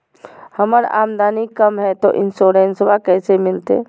हमर आमदनी कम हय, तो इंसोरेंसबा कैसे मिलते?